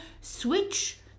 switch